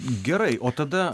gerai o tada